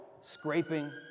scraping